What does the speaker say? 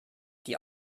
die